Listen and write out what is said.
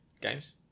games